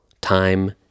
time